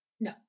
No